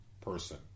person